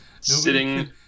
Sitting